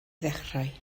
ddechrau